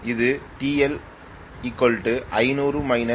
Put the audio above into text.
அது TL 500 − 0